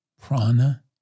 prana